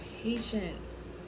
patience